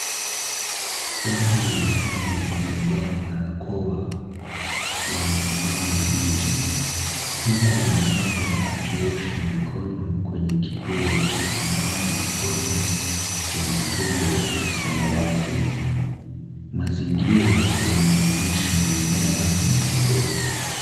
Watu wanne wamevaa barakoa wamesimama nje, huku mmoja akiosha mikono kwenye kituo cha kunawa mikono chenye chombo cha samawati, mazingira yanaonyesha mimea na udongo.